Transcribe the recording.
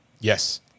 Yes